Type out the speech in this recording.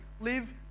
Live